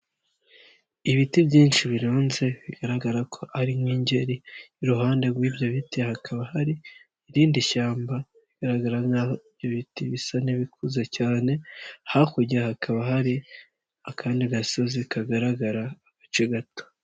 Ibiti byinshi birunze, bigaragara ko ari nk'ingeri, iruhande rw'ibyo biti hakaba hari irindi shyamba, biragaragara nkaho ibi biti bisa n'ibikuza cyane, hakurya hakaba hari akandi gasozi kagaragara, agace gato.